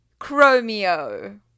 Chromio